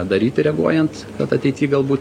daryti reaguojant kad ateity galbūt